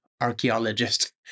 archaeologist